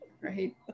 right